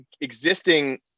existing